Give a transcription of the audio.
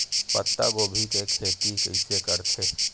पत्तागोभी के खेती कइसे करथे?